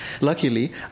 Luckily